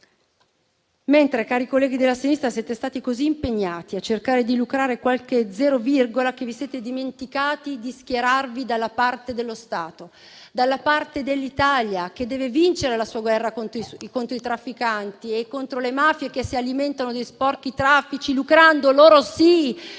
Invece, cari colleghi della sinistra, siete stati così impegnati a cercare di lucrare qualche zero virgola che vi siete dimenticati di schierarvi dalla parte dello Stato; dalla parte dell'Italia, che deve vincere la sua guerra contro i trafficanti e contro le mafie che si alimentano di sporchi traffici, lucrando - loro sì